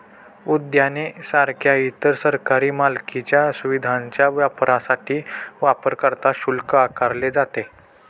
उद्याने सारख्या इतर सरकारी मालकीच्या सुविधांच्या वापरासाठी वापरकर्ता शुल्क आकारले जाते